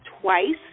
twice